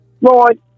Lord